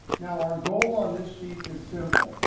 now, our goal on this sheet is simple.